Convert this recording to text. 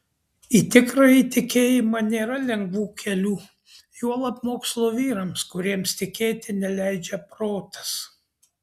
į tikrąjį tikėjimą nėra lengvų kelių juolab mokslo vyrams kuriems tikėti neleidžia protas